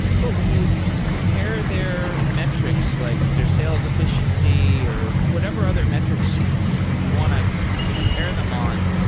but when you compare their metrics, like their sales efficiency or whatever other metrics you want to compare them on,